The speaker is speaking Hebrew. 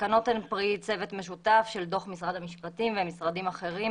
התקנות הן פרי צוות משותף של דוח משרד המשפטים ומשרדים אחרים,